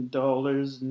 dollars